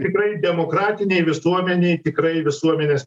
tikrai demokratinėj visuomenėj tikrai visuomenės